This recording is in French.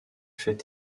fait